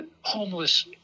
homeless